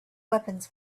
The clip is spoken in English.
weapons